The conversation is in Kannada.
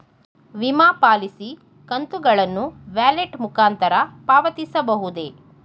ವಿಮಾ ಪಾಲಿಸಿ ಕಂತುಗಳನ್ನು ವ್ಯಾಲೆಟ್ ಮುಖಾಂತರ ಪಾವತಿಸಬಹುದೇ?